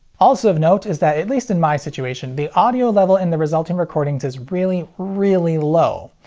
also of note is that, at least in my situation, the audio level in the resulting recordings is really, really low.